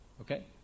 Okay